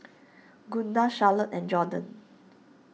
Gunda Charlottie and Jorden